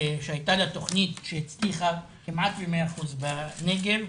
שהייתה לה תוכנית שהצליחה כמעט ב-100% בנגב,